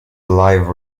live